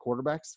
quarterbacks